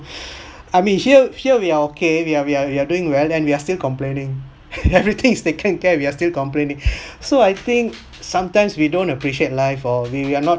I mean here here we are okay we are we are we are doing well and we are still complaining everything is taken care we are still complaining so I think sometimes we don't appreciate life or we are not